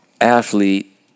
athlete